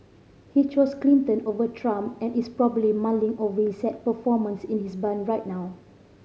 he chose Clinton over Trump and is probably mulling over his sad performance in his barn right now